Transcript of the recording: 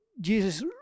Jesus